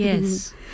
Yes